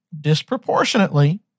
disproportionately